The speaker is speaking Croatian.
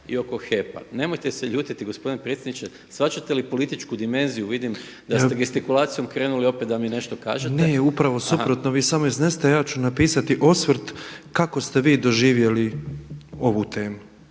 i oko HEP-a. Nemojte se ljutiti gospodine predsjedniče. Shvaćate li političku dimenziju? Vidim da ste gestikulacijom krenuli opet da mi nešto kažete. **Petrov, Božo (MOST)** Ne. Upravo suprotno. Vi samo iznesite ja ću napisati osvrt kako ste vi doživjeli ovu temu.